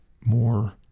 more